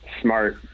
smart